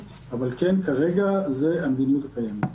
כרגע זו המדיניות הקיימת.